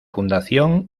fundación